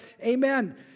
amen